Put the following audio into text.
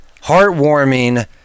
heartwarming